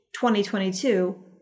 2022